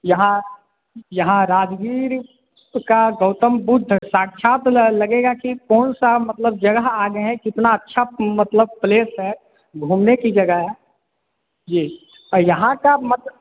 यहाँ यहाँ राजगीर का गौतम बुद्ध साक्षात ल लगेगा कि कौन सा मतलब जगह आ गए हैं कितना अच्छा मतलब प्लेस है घूमने की जगह है जी यहाँ का मत